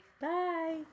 Bye